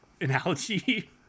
analogy